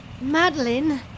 Madeline